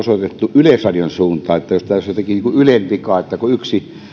yleisradion suuntaan että tämä olisi jotenkin niin kuin ylen vika kun yksi